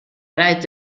wright